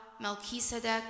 Melchizedek